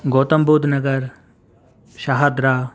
Gautam Buddh Nagar Shahdara